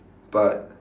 but